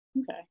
okay